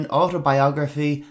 autobiography